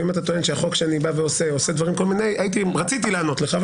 ואם אתה טוען שהחוק שלי עושה כל מיני דברים רציתי לענות לך,